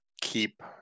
keep